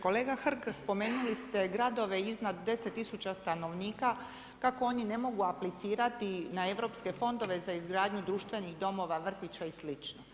Kolega Hrg spomenuli ste gradove iznad 10 tisuća stanovnika kako oni ne mogu aplicirati na europske fondove za izgradnju društvenih domova, vrtića i slično.